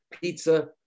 pizza